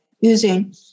using